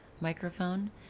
microphone